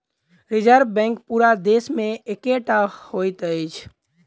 reserve bank पूरा देश मे एकै टा होइत अछि